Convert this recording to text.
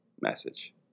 message